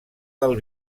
del